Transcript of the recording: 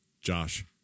Josh